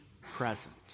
present